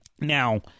Now